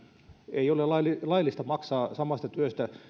ei ole laillista laillista maksaa samasta työstä